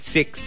Six